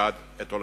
שפקד את עולמנו.